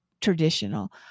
traditional